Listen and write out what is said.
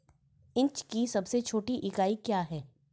Inch की सबसे छोटी इकाई क्या है?